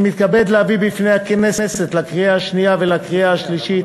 אני מתכבד להביא בפני הכנסת לקריאה שנייה ולקריאה שלישית